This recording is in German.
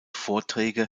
vorträge